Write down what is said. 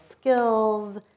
skills